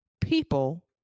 People